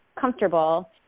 comfortable